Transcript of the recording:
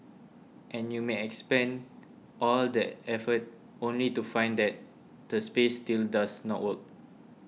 and you may expend all that effort only to find that the space still does not work